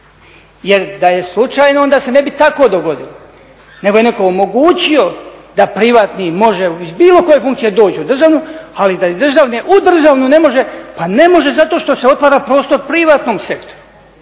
jer da je slučajno onda se ne bi tako dogodilo, nego je netko omogućio da privatnik može s bilo koje funkcije doći u državnu, ali da iz državne u državnu ne može. Pa ne može zato što se otvara prostor privatnom sektoru.